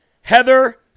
Heather